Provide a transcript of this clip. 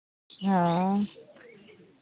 ᱦᱳᱭ